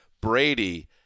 Brady